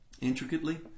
intricately